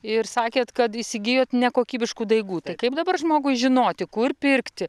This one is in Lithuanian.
ir sakėt kad įsigijot nekokybiškų daigų tai kaip dabar žmogui žinoti kur pirkti